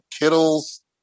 Kittles